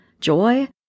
joy